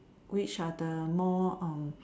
which are the more